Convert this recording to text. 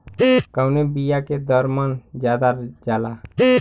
कवने बिया के दर मन ज्यादा जाला?